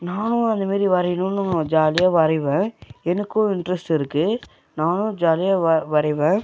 நானும் அந்த மாரி வரையுணுன்னு ஜாலியாக வரையிவேன் எனக்கும் இன்ட்ரஸ்ட்டு இருக்கு நானும் ஜாலியாக வ வரைவேன்